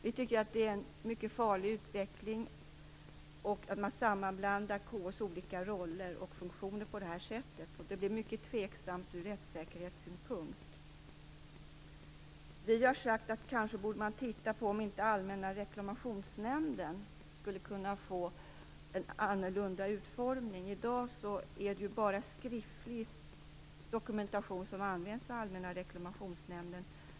Det är en mycket farlig utveckling att man sammanblandar KO:s olika roller och funktioner på det här sättet. Det blir mycket tveksamt ur rättssäkerhetssynpunkt. Vi har sagt att man borde titta på om inte Allmänna reklamationsnämnden skulle kunna få en utformning. I dag är det bara skriftlig dokumentation som används av Allmänna reklamationsnämnden.